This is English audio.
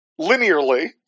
linearly